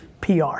PR